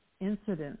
incidents